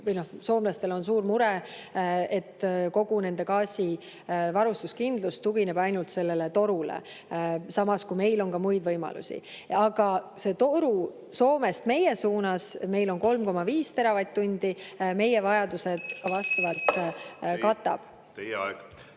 soomlastele suure mure, et kogu nende gaasivarustuskindlus tugineb ainult sellele torule, samas kui meil on muid võimalusi. Aga see toru Soomest meie suunas – meil on [vaja] 3,5 teravatt-tundi – meie vajadused vastavalt katab. Aitäh!